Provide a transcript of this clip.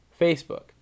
Facebook